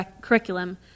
curriculum